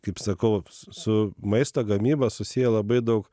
kaip sakau su maisto gamyba susiję labai daug